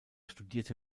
studierte